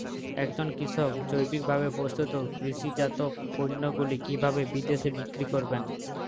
একজন কৃষক জৈবিকভাবে প্রস্তুত কৃষিজাত পণ্যগুলি কিভাবে বিদেশে বিক্রি করবেন?